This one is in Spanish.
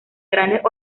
grandes